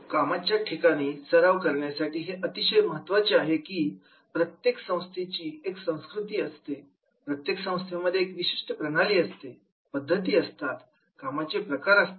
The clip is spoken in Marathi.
कामाच्या ठिकाणी सराव करण्यासाठी हे अतिशय महत्त्वाचे आहे की प्रत्येक संस्थेची एक संस्कृती असते प्रत्येक संस्थेमध्ये एक विशिष्ट प्रणाली असते पद्धती असतात कामाचे प्रकार असतात